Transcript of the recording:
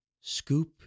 Scoop